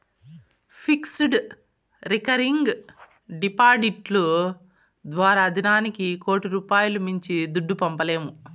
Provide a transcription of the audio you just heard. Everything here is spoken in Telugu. ఫిక్స్డ్, రికరింగ్ డిపాడిట్లు ద్వారా దినానికి కోటి రూపాయిలు మించి దుడ్డు పంపలేము